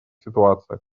ситуациях